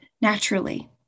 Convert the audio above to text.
naturally